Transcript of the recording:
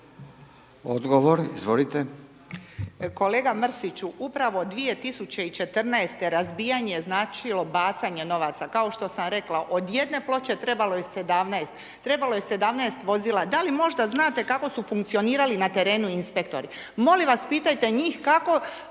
Branka (HDZ)** Kolega Mrsiću, upravo 2014. razbijanje je značilo bacanje novaca, kao što sam rekla, od jedne ploče trebalo je 17, trebalo je 17 vozila, da li možda znate kako su funkcionirali na terenu inspektori? Molim vas, pitajte njih kako